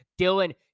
Dylan